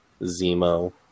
Zemo